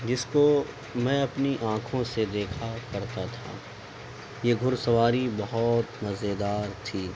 جس کو میں اپنی آنکھوں سے دیکھا کرتا تھا یہ گھڑ سواری بہت مزیدار تھی